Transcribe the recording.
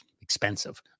expensive